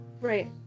right